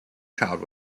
child